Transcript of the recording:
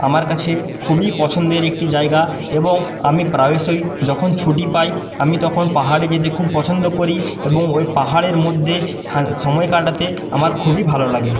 আমার কাছে খুবই পছন্দের একটি জায়গা এবং আমি প্রায়শই যখন ছুটি পাই আমি তখন পাহাড়ে যেতে খুব পছন্দ করি এবং ওই পাহাড়ের মধ্যে সময় কাটাতে আমার খুবই ভালো লাগে